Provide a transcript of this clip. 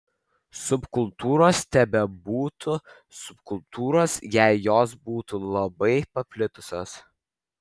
subkultūros nebebūtų subkultūros jei jos būtų labai paplitusios